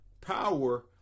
power